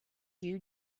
you